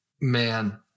man